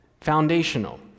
foundational